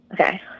Okay